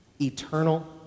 eternal